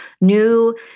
new